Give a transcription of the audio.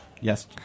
Yes